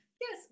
Yes